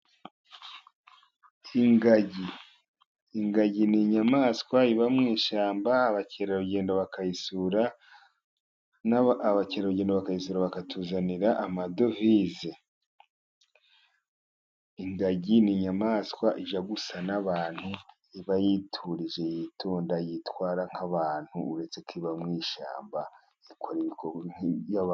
Ingagi, ingagi n'inyamaswa iba mu ishyamba abakerarugendo bakayisura, abakerarugendo bakayisura bakatuzanira amadovize, ingagi n'inyamaswa ijya gusa n'abantu , iba yiturije, yitonda, yitwara nk'abantu uretse ko iba mu ishyamba ikora ibikorwa nk'iby'aba....